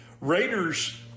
Raiders